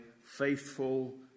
faithful